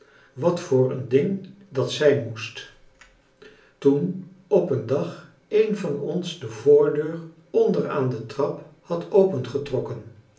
wat voor een ding dat zijn moest toen op een dag een van ons de voordeur onder aan de trap had